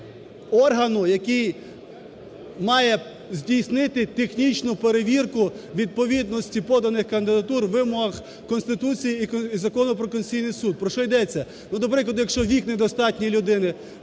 органу, який має здійснити технічну перевірку відповідності поданих кандидатур вимогам Конституції і Закону про Конституційний Суд. Про що йдеться? Ну, до приклад, якщо вік недостатній людини.